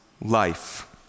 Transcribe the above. life